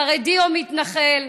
חרדי או מתנחל,